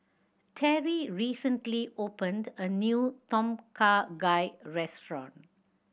Terri recently opened a new Tom Kha Gai restaurant